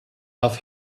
off